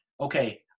okay